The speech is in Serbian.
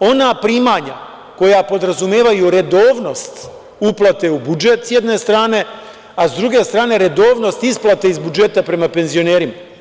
ona primanja koja podrazumevaju redovnost uplate u budžet s jedne strane, a s druge strane redovnost isplate iz budžeta prema penzionerima.